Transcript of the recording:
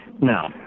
No